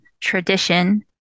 tradition